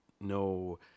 no